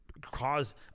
cause